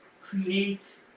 create